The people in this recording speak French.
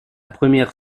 première